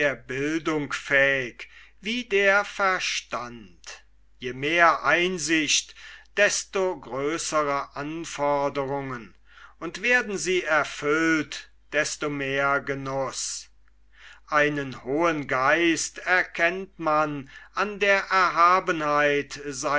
bildung fähig wie der verstand je mehr einsicht desto größere anforderungen und werden sie erfüllt desto mehr genuß einen hohen geist erkennt man an der erhabenheit